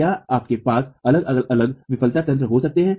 क्या आपके पास अलग अलग विफलता तंत्र हो सकते हैं